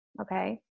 Okay